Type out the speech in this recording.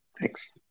thanks